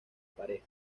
pareja